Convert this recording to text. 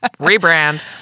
Rebrand